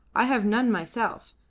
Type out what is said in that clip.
i have none myself.